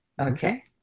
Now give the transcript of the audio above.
Okay